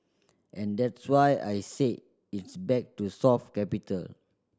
and that's why I say it's back to soft capital